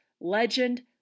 legend